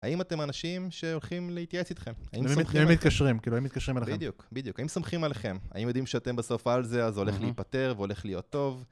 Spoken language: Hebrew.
האם אתם אנשים שהולכים להתייעץ איתכם? הם מתקשרים, הם מתקשרים אליכם. בדיוק, בדיוק, האם סומכים עליכם ? האם יודעים שאתם בסוף על זה, אז הולך להיפתר והולך להיות טוב.